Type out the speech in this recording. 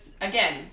again